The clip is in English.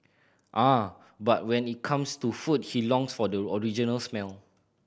ah but when it comes to food he longs for the original smell